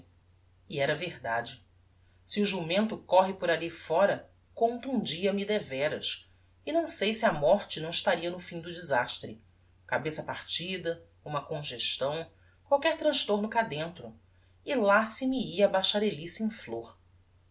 e era verdade se o jumento corre por alli fóra contundia me devéras e não sei se a morte não estaria no fim do desastre cabeça partida uma congestão qualquer transtorno cá dentro e lá se me ia a bacharelice em flor